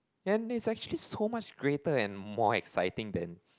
and it's actually so much greater and more exciting than